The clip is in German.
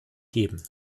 geben